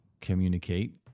communicate